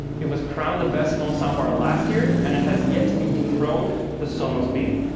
it was crowned the best small soundbar last year and it has yet to be dethroned the sonos beam.